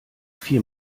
vier